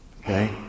okay